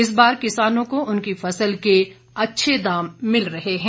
इस बार किसानों को उनकी फसल के अच्छे दाम मिल रहे हैं